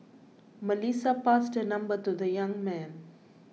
Melissa passed her number to the young man